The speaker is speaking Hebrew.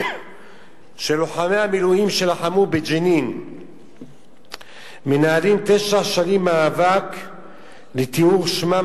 שלוחמי המילואים שלחמו בג'נין מנהלים תשע שנים מאבק לטיהור שמם.